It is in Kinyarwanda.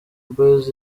boys